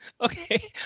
Okay